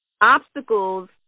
Obstacles